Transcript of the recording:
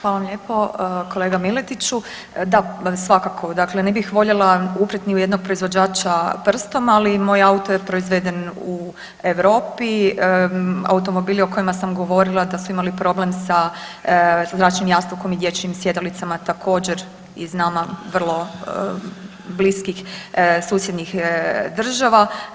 Hvala vam lijepo kolega Miletiću, da svakako, dakle ne bih voljela uprijeti ni u jednog proizvođača prstom, ali moj auto je proizveden u Europi, automobili o kojima sam govorila da su imali problem sa zračnim jastukom i dječjim sjedalicama također iz nama vrlo bliskih susjednih država.